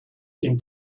seem